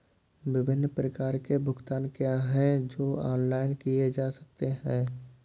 विभिन्न प्रकार के भुगतान क्या हैं जो ऑनलाइन किए जा सकते हैं?